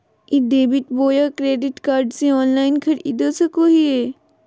ई debit बोया credit card से online खरीद सको हिए?